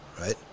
Right